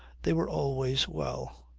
they were always well.